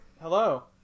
Hello